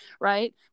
right